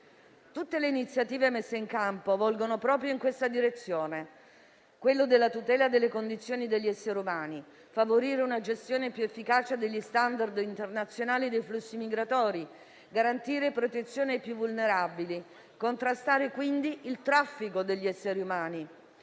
Tutte le iniziative messe in campo volgono proprio in questa direzione, quella della tutela delle condizioni degli esseri umani, di favorire una gestione più efficace degli standard internazionali dei flussi migratori, garantire protezione ai più vulnerabili e contrastare quindi il traffico degli esseri umani.